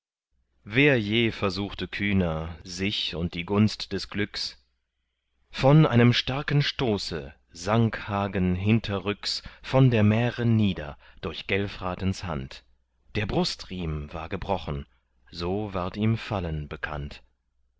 wer je versuchte kühner sich und die gunst des glücks von einem starken stoße sank hagen hinterrücks von der mähre nieder durch gelfratens hand der brustriem war gebrochen so ward ihm fallen bekannt